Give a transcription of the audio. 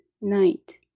night